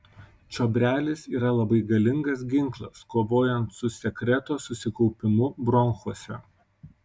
čiobrelis yra labai galingas ginklas kovojant su sekreto susikaupimu bronchuose